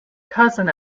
cousin